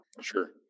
Sure